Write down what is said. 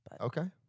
Okay